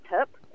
tip